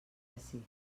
ací